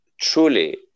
truly